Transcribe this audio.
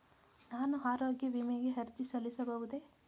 ನಾನು ಆರೋಗ್ಯ ವಿಮೆಗೆ ಅರ್ಜಿ ಸಲ್ಲಿಸಬಹುದೇ?